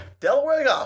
Delaware